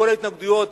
כל ההתנגדויות,